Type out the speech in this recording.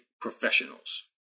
professionals